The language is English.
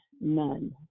none